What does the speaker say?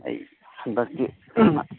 ꯑꯩ ꯍꯟꯗꯛꯇꯤ